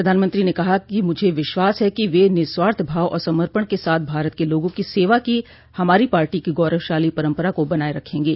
प्रधानमंत्री ने कहा मुझे विश्वास है कि वे निःस्वार्थभाव और समर्पण के साथ भारत के लोगों की सेवा की हमारी पार्टी की गौरवशाली परम्परा को बनाये रखेंगे